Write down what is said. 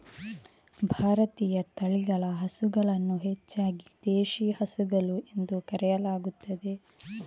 ಭಾರತೀಯ ತಳಿಗಳ ಹಸುಗಳನ್ನು ಹೆಚ್ಚಾಗಿ ದೇಶಿ ಹಸುಗಳು ಎಂದು ಕರೆಯಲಾಗುತ್ತದೆ